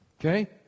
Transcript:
Okay